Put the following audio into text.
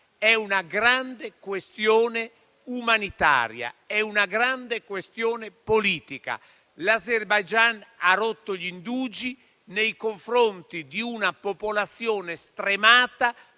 È una grande questione umanitaria, e è una grande questione politica. L'Azerbaigian ha rotto gli indugi nei confronti di una popolazione stremata,